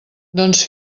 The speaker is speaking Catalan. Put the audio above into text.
doncs